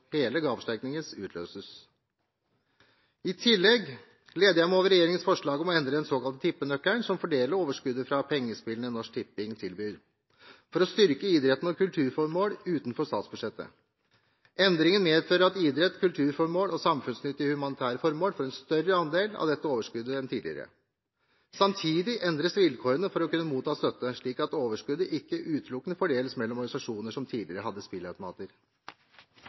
hele gaveforsterkningen utløses. I tillegg gleder jeg meg over regjeringens forslag om å endre den såkalte tippenøkkelen, som fordeler overskuddet fra pengespillene Norsk Tipping AS tilbyr for å styrke idretten og kulturformål utenfor statsbudsjettet. Endringen medfører at idrett, kulturformål og samfunnsnyttige og humanitære formål får en større andel av dette overskuddet enn tidligere. Samtidig endres vilkårene for å kunne motta støtte, slik at overskuddet ikke utelukkende fordeles mellom organisasjoner som tidligere hadde